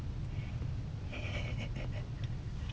there there there there there it's okay